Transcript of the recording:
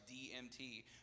DMT